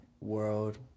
World